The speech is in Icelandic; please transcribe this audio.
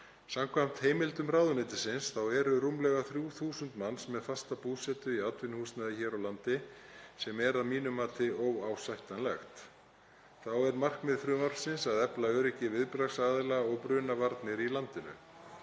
Samkvæmt heimildum ráðuneytisins þá eru rúmlega 3.000 manns með fasta búsetu í atvinnuhúsnæði hér á landi sem er að mínu mati óásættanlegt. Þá er markmið frumvarpsins að efla öryggi viðbragðsaðila og brunavarnir í landinu.